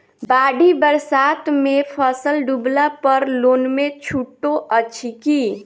बाढ़ि बरसातमे फसल डुबला पर लोनमे छुटो अछि की